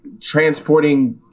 transporting